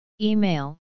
Email